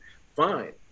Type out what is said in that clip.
fine